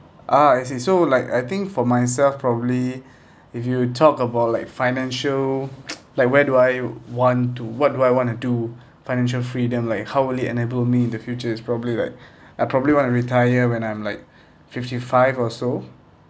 ah I see so like I think for myself probably if you talk about like financial like where do I want to what do I want to do financial freedom like how really enable me in the future is probably like I probably want to retire when I'm like fifty five or so